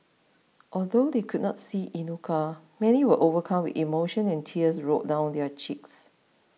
although they could not see Inuka many were overcome with emotion and tears rolled down their cheeks